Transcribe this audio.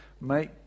make